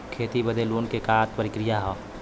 खेती बदे लोन के का प्रक्रिया ह?